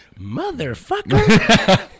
Motherfucker